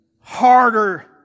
harder